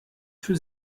für